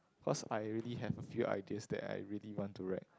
cause I already have a few ideas that I really want to write